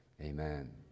Amen